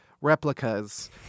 replicas